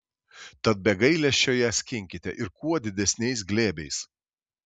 tad be gailesčio ją skinkite ir kuo didesniais glėbiais